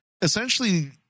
essentially